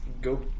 go